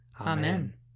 Amen